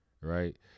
right